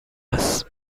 است